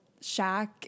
Shaq